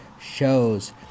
shows